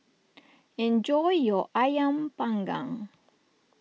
enjoy your Ayam Panggang